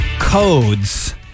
codes